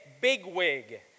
bigwig